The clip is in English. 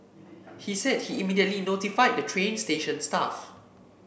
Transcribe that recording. he said he immediately notified the train station staff